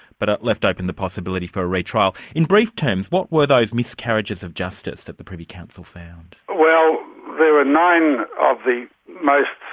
but it left open the possibility for a retrial. in brief terms, what were those miscarriages of justice that the privy council found? well, there were nine of the most.